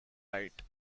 light